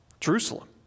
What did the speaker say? Jerusalem